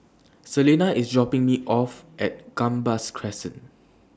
Selina IS dropping Me off At Gambas Crescent